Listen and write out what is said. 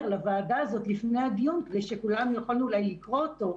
לוועדה הזאת לפני הדיון כדי שכולם יכולנו אולי לקרוא אותו,